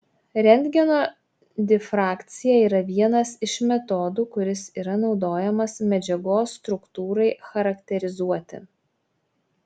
rentgeno difrakcija yra vienas iš metodų kuris yra naudojamas medžiagos struktūrai charakterizuoti